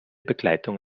begleitung